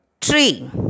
tree